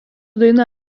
daina